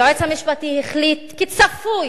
היועץ המשפטי החליט, כצפוי,